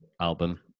album